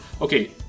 Okay